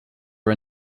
are